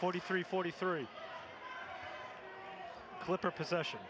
forty three forty three clipper possession